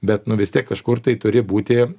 bet nu vis tiek kažkur tai turi būti